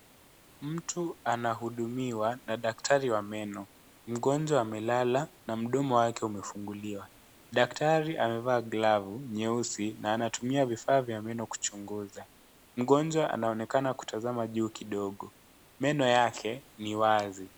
Mtu anahudumiwa na daktari wa meno . Mgonjwa amelala na mdomo wake umefunguliwa. Daktari amevaa glovu nyeusi na anatumia vifaa vya meno kuchunguza. Mgonjwa anaonekana kutazama juu kidogo. Meno yake ni wazi.